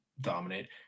dominate